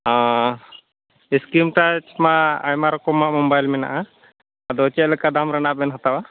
ᱚᱻ ᱤᱥᱠᱤᱱ ᱴᱟᱡ ᱢᱟ ᱟᱭᱢᱟ ᱨᱚᱠᱚᱢᱟᱜ ᱢᱳᱵᱟᱭᱤᱞ ᱢᱮᱱᱟᱜᱼᱟ ᱟᱫᱚ ᱪᱮᱫ ᱞᱮᱠᱟ ᱫᱟᱢ ᱨᱮᱱᱟᱜ ᱵᱮᱱ ᱦᱟᱛᱟᱣᱟ